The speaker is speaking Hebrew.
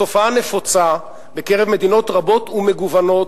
התופעה נפוצה במדינות רבות ומגוונות,